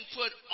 put